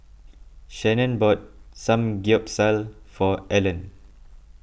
Shannon bought Samgyeopsal for Alan